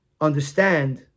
understand